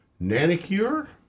nanocure